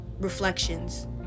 Reflections